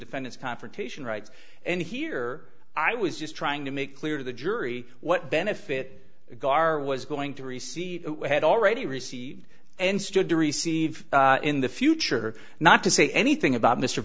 defendant's confrontation rights and here i was just trying to make clear to the jury what benefit gaar was going to receive had already received and stood to receive in the future not to say anything about m